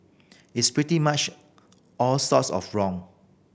it's pretty much all sorts of wrong